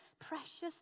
precious